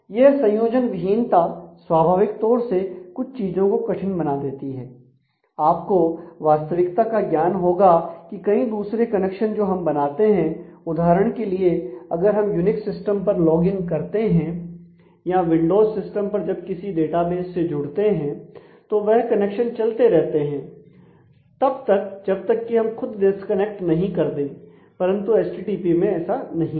यह संयोजन विहीनता स्वाभाविक तौर से कुछ चीजों को कठिन बना देती है आपको वास्तविकता का ज्ञान होगा कि कई दूसरे कनेक्शन जो हम बनाते हैं उदाहरण के लिए अगर हम यूनिक्स नहीं कर दे परंतु एचटीटीपी में ऐसा नहीं होता है